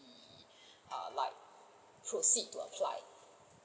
like proceed to apply